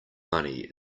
money